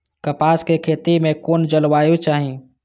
कपास के खेती में कुन जलवायु चाही?